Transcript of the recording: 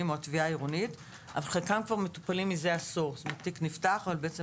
או התביעה העירונית אבל חלקם כבר מטופלים מזה עשור - התיק נפתח אבל בעצם